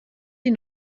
die